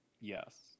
Yes